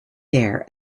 there